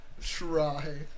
try